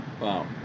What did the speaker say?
Wow